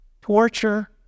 torture